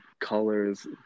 colors